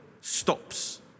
stops